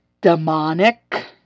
demonic